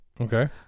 Okay